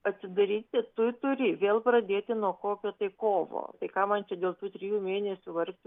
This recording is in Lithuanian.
atsidaryti tu turi vėl pradėti nuo kokio tai kovo tai ką man čia dėl tų trijų mėnesių vargti